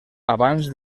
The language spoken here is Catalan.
abans